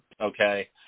okay